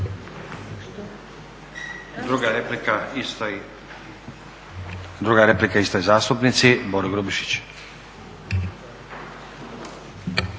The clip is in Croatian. Druga replika istoj zastupnici Boro Grubišić.